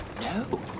No